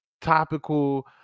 topical